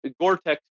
gore-tex